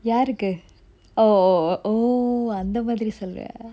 யாருக்கு:yarukku oh அந்த மாதிரி சொல்றியா:antha madiri solriya